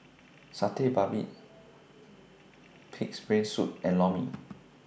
Satay Babat Pig'S Brain Soup and Lor Mee